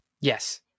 Yes